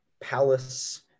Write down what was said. palace